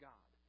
God